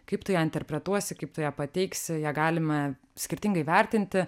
kaip tu ją interpretuosi kaip tu ją pateiksi ją galime skirtingai vertinti